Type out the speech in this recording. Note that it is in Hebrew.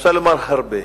אפשר לומר הרבה,